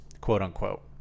quote-unquote